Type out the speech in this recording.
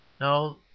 No